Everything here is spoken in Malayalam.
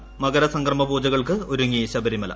ന് മകരസംക്രമ പൂജ്ക്ക്ൾക്ക് ഒരുങ്ങി ശബരിമല